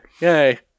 Yay